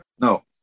No